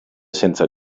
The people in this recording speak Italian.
senza